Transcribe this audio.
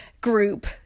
group